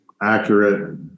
accurate